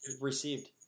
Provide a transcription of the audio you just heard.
received